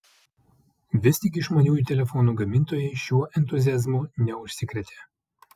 vis tik išmaniųjų telefonų gamintojai šiuo entuziazmu neužsikrėtė